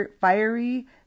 fiery